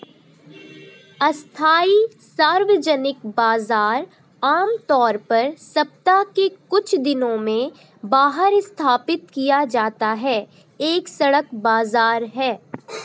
अस्थायी सार्वजनिक बाजार, आमतौर पर सप्ताह के कुछ दिनों में बाहर स्थापित किया जाता है, एक सड़क बाजार है